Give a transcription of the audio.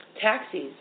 taxis